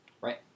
Right